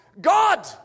God